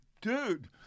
Dude